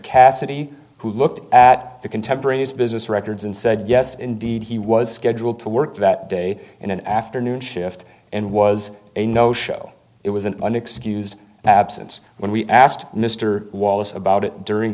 cassidy who looked at the contemporaneous business records and said yes indeed he was scheduled to work that day in an afternoon shift and was a no show it was an unexcused absence when we asked mr wallace about it during